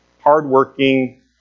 hardworking